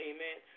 Amen